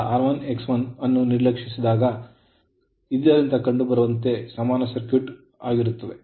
ಆದ್ದರಿಂದ ಈ R1 X1ಅನ್ನು ನಿರ್ಲಕ್ಷಿಸಿದಾಗ ಇದರಿಂದ ಕಂಡುಬರುವಂತೆ ಇದು ಸಮಾನ ಸರ್ಕ್ಯೂಟ್ ಆಗಿದೆ